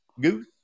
Goose